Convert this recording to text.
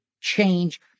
change